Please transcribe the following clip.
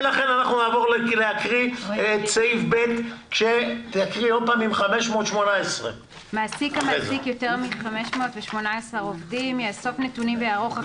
לכן אנחנו נעבור להקריא את סעיף (ב) עם המספר 518. מעסיק המעסיק יותר מ-518 עובדים יאסוף נתונים ויערוך,